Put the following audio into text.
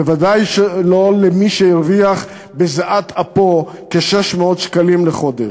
ודאי שלא למי שהרוויח בזיעת אפו כ-600 שקלים בחודש.